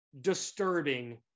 disturbing